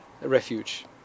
refuge